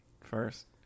First